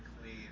clean